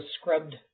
scrubbed